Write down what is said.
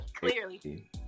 clearly